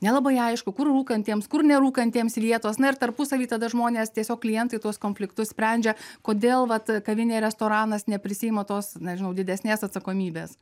nelabai aišku kur rūkantiems kur nerūkantiems vietos na ir tarpusavy tada žmonės tiesiog klientai tuos konfliktus sprendžia kodėl vat kavinė restoranas neprisiima tos nežinau didesnės atsakomybės